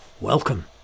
welcome